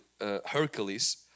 Hercules